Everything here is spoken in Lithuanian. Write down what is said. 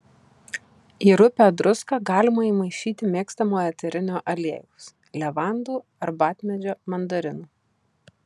į rupią druską galima įmaišyti mėgstamo eterinio aliejaus levandų arbatmedžio mandarinų